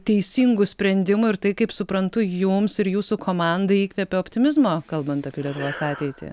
teisingų sprendimų ir tai kaip suprantu jums ir jūsų komandai įkvėpė optimizmo kalbant apie lietuvos ateitį